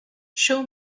show